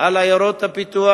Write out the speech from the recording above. על עיירות הפיתוח,